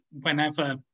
whenever